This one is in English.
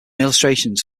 illustrations